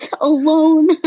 alone